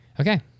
Okay